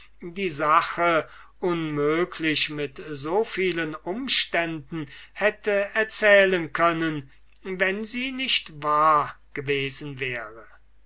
die sache unmöglich mit so vielen umständen hätte erzählen können wenn sie nicht wahr gewesen wäre